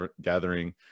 gathering